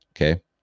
okay